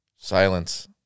Silence